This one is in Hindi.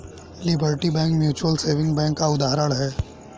liberty Bank Mutual Saving Bank का उदाहरण है